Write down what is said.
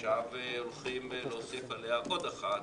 ועכשיו הולכים להוסיף עוד אחת,